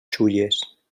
xulles